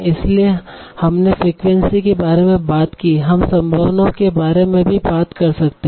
इसलिए हमने फ्रीक्वेंसी के बारे में बात की हम संभावना के बारे में भी बात कर सकते हैं